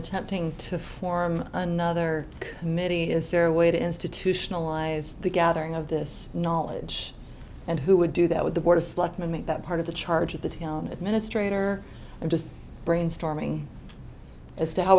attempting to form another committee is there a way to institutionalize the gathering of this knowledge and who would do that with the board of selectmen that part of the charge of the town administrator and just brainstorming as to how